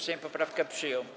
Sejm poprawkę przyjął.